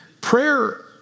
Prayer